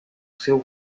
seu